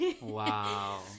Wow